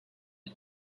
and